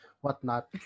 whatnot